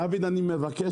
דוד, אני מבקש